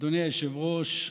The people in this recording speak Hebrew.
אדוני היושב-ראש,